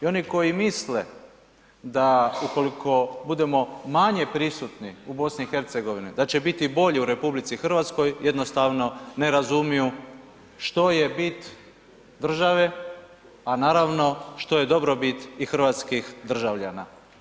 I oni koji misle da ukoliko budemo manje prisutni u BiH-u da će biti bolje u RH, jednostavno ne razumiju što je bit države a naravno što je dobrobit i hrvatskih državljana.